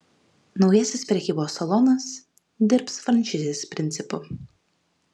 naujasis prekybos salonas dirbs franšizės principu